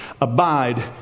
Abide